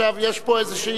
עכשיו יש פה איזו,